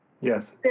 Yes